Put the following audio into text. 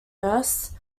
nurse